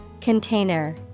Container